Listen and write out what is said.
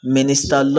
Minister